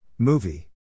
Movie